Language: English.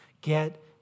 get